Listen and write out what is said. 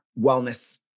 wellness